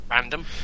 random